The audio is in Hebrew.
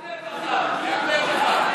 גם לב רחב.